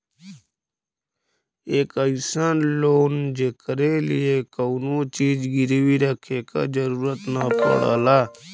एक अइसन लोन जेकरे लिए कउनो चीज गिरवी रखे क जरुरत न पड़ला